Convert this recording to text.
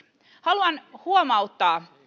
haluan huomauttaa